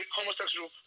homosexual